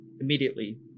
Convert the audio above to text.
immediately